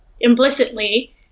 implicitly